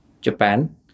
Japan